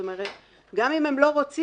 גם אם הם לא רוצים,